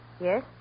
Yes